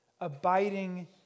abiding